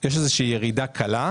יש איזו שהיא ירידה קלה,